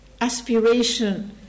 aspiration